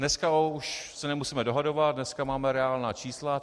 Dneska už se nemusíme dohadovat, máme reálná čísla.